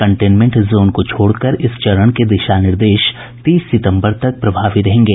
containment zone को छोड़कर इस चरण के दिशा निर्देश तीस सितम्बर तक प्रभावी रहेंगे